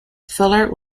fuller